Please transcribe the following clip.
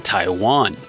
Taiwan